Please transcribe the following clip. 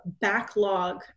backlog